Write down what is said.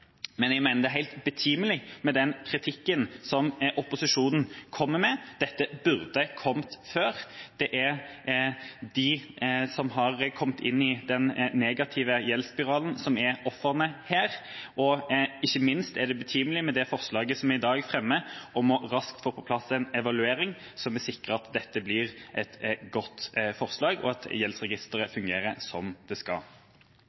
Men jeg mener det er helt betimelig med den kritikken som opposisjonen kommer med. Dette burde kommet før. Det er de som har kommet inn i den negative gjeldsspiralen, som er ofrene her. Ikke minst er det betimelig med det forslaget som vi i dag fremmer, om raskt å få på plass en evaluering som vil sikre at dette blir et godt forslag, og at gjeldsregisteret fungerer som det skal.